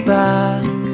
back